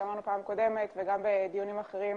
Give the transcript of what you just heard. שאמרנו בפעם הקודמת וגם בדיונים אחרים